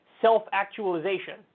self-actualization